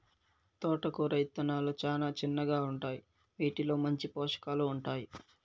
తోటకూర ఇత్తనాలు చానా చిన్నగా ఉంటాయి, వీటిలో మంచి పోషకాలు ఉంటాయి